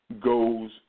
goes